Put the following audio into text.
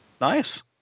Nice